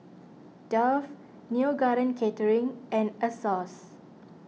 Dove Neo Garden Catering and Asos